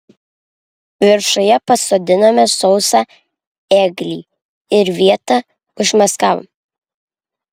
viršuje pasodinome sausą ėglį ir vietą užmaskavome